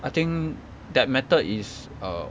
I think that method is err